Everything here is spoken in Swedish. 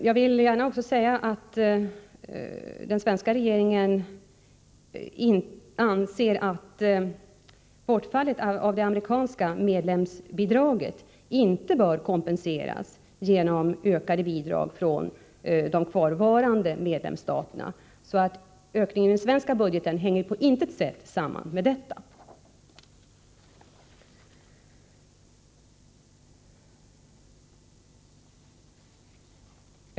Jag vill gärna säga att den svenska regeringen anser att bortfallet av det amerikanska medlemsbidraget inte bör kompenseras genom ökade bidrag från de kvarvarande medlemsstaterna. Ökningen i den svenska budgeten hänger alltså på intet sätt samman med detta.